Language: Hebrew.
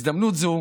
בהזדמנות זו